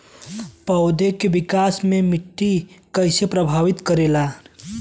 पौधा के विकास मे मिट्टी कइसे प्रभावित करेला?